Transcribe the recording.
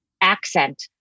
accent